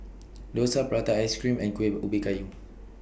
Dosa Prata Ice Cream and Kuih Ubi Kayu